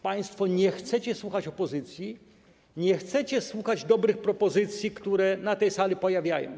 Państwo nie chcecie słuchać opozycji, nie chcecie słuchać dobrych propozycji, które na tej sali się pojawiają.